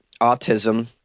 autism